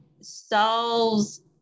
solves